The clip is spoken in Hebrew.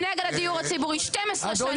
הם נגד הדיור הציבורי 12 שנה.